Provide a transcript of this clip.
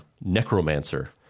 necromancer